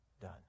done